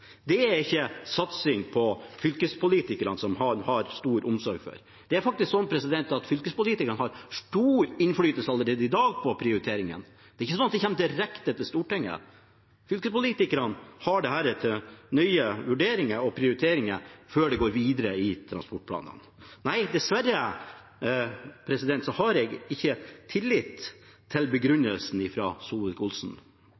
Det er ikke en satsing på kysten. Det er ikke en satsing på fylkespolitikerne, som han har så stor omsorg for. Fylkespolitikerne har faktisk allerede i dag stor innflytelse på prioriteringene. De kommer ikke direkte til Stortinget. Fylkespolitikerne har dette til nøye vurdering og prioritering før det går videre i transportplanene. Nei, dessverre! Jeg har ikke tillit til